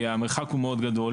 כי המרחק הוא מאוד גדול,